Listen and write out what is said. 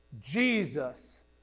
Jesus